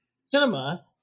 cinema